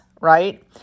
right